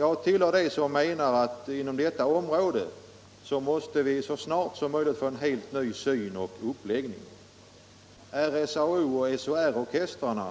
Jag tillhör dem som menar att vi så snart som möjligt måste få en helt ny syn och uppläggning inom detta område. För RSAO och SOR-orkestrarna,